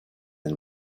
and